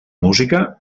música